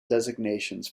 designations